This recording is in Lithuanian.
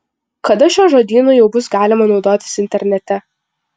kada šiuo žodynu jau bus galima naudotis internete